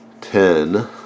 ten